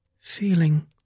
Feeling